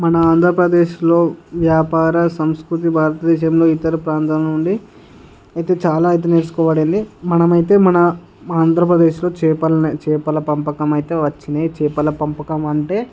మన ఆంధ్రప్రదేశ్లో వ్యాపార సంస్కృతి భారత దేశంలో ఇతర ప్రాంతాల నుండి అయితే చాలా అయితే నేర్చుకోబడింది మనమైతే మన ఆంధ్రప్రదేశ్లో చేపలని చేపల పెంపకం అయితే వచ్చినాయి చేపల పెంపకం అంటే